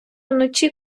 вночі